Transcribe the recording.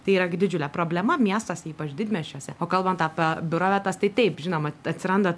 tai yra didžiulė problema miestuose ypač didmiesčiuose o kalbant apie biuro vietas tai taip žinoma atsiranda